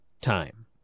time